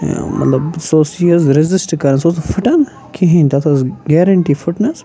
مَطلب سُہ اوس یہِ حظ ریزِسٹ کَرن سُہ اوس نہٕ فٕٹان کِہینۍ تَتھ ٲس گیرینٛٹی فٕٹنَس